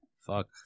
Fuck